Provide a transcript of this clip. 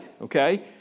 okay